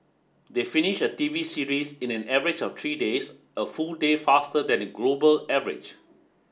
they finish a T V series in an average of three days a full day faster than the global average